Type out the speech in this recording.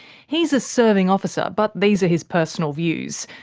he's a serving officer, but these are his personal views.